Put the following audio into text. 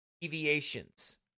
Deviations